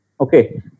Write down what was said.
Okay